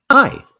Hi